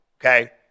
Okay